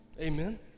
Amen